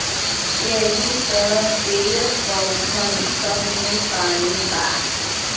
यहि तरह पेड़, पउधन सब मे पानी बा